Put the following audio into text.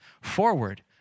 forward